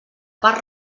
part